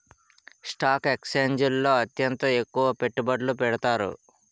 stock ఎక్స్చేంజిల్లో అత్యంత ఎక్కువ పెట్టుబడులు పెడతారు